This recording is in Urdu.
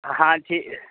ہاں ٹھیک